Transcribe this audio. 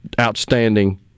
outstanding